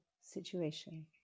situation